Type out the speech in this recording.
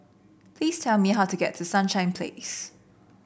please tell me how to get to Sunshine Place